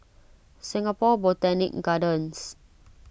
Singapore Botanic Gardens